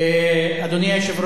היושב-ראש,